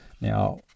Now